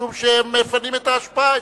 משום שהם מפנים את האשפה אצלנו,